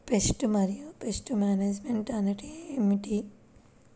Pest మరియు pest management అంటే ఏమిటి?